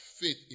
faith